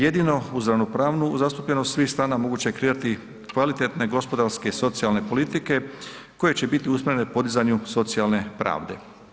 Jedino uz ravnopravnu zastupljenost svih strana moguće je kreirati kvalitetne gospodarske i socijalne politike koje će biti usmjerene podizanju socijalne pravde.